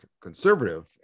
conservative